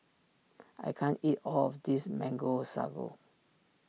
I can't eat all of this Mango Sago